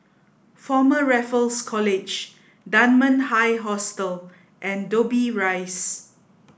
Former Raffles College Dunman High Hostel and Dobbie Rise